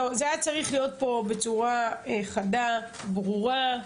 זה היה צריך להיות פה בצורה חדה, ברורה.